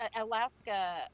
Alaska